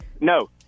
No